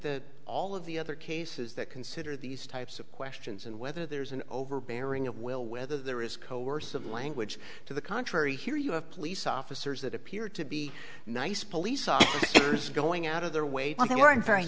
the all of the other cases that consider these types of questions and whether there's an overbearing of will whether there is coercive language to the contrary here you have police officers that appear to be nice police officers going out of their way but they weren't very